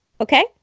Okay